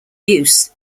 use